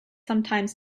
sometimes